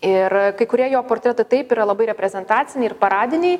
ir kai kurie jo portretai taip yra labai reprezentaciniai ir paradiniai